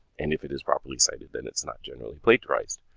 and if it is properly cited then it's not generally plagiarized.